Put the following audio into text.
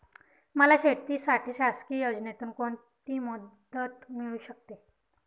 मला शेतीसाठी शासकीय योजनेतून कोणतीमदत मिळू शकते?